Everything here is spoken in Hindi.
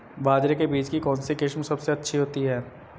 बाजरे के बीज की कौनसी किस्म सबसे अच्छी होती है?